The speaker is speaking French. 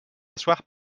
asseoir